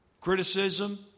criticism